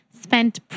spent